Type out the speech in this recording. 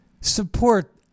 support